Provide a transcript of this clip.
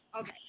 Okay